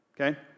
okay